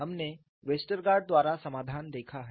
हमने वेस्टरगार्ड द्वारा समाधान देखा है